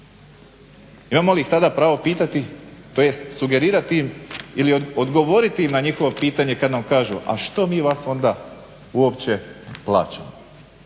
Imamo li ih tada pravo pitati, tj. sugerirati im ili odgovoriti im na njihovo pitanje kad nam kažu a što mi vas onda uopće plaćamo.